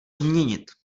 změnit